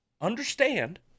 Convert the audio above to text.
Understand